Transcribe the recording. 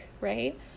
right